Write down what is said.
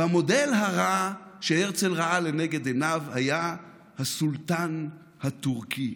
והמודל הרע שהרצל ראה לנגד עיניו היה הסולטן הטורקי.